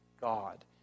God